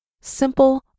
simple